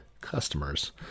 customers